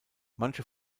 manche